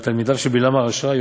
מתלמידיו של בלעם הרשע.